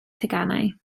teganau